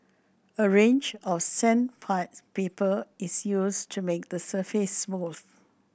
a range of is used to make the surface smooth